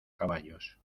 caballos